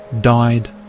died